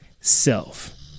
self